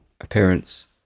appearance